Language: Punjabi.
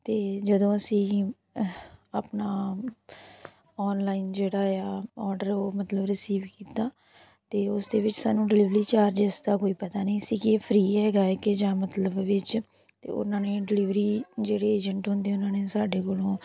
ਅਤੇ ਜਦੋਂ ਅਸੀਂ ਆਪਣਾ ਔਨਲਾਈਨ ਜਿਹੜਾ ਆ ਔਡਰ ਉਹ ਮਤਲਬ ਰਿਸੀਵ ਕੀਤਾ ਅਤੇ ਉਸ ਦੇ ਵਿੱਚ ਸਾਨੂੰ ਡਿਲੀਵਰੀ ਚਾਰਜਿਸ ਦਾ ਕੋਈ ਪਤਾ ਨਹੀਂ ਸੀ ਕਿ ਇਹ ਫਰੀ ਹੈਗਾ ਹੈ ਕਿ ਜਾਂ ਮਤਲਬ ਵਿੱਚ ਤਾਂ ਉਹਨਾਂ ਨੇ ਡਿਲੀਵਰੀ ਜਿਹੜੀ ਏਜੰਟ ਹੁੰਦੇ ਉਹਨਾਂ ਨੇ ਸਾਡੇ ਕੋਲੋਂ